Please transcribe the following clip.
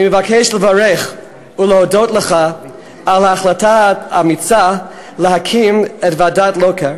אני מבקש לברך ולהודות לך על ההחלטה האמיצה להקים את ועדת לוקר,